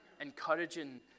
encouraging